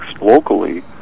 locally